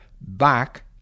back